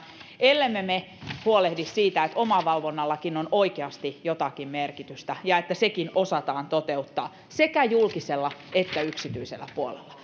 ellemme me huolehdi siitä että omavalvonnallakin on oikeasti jotakin merkitystä ja että sekin osataan toteuttaa sekä julkisella että yksityisellä puolella